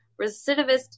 recidivist